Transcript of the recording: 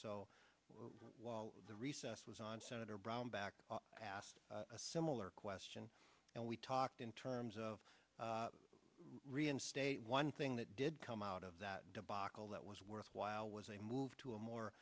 so while the recess was on senator brownback asked a similar question and we talked in terms of reinstate one thing that did come out of that debacle that was worthwhile was a move to a more